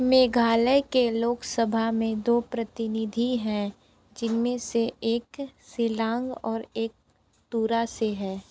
मेघालय के लोकसभा में दो प्रतिनिधि हैं जिनमें से एक शिलांग और एक तुरा से हैं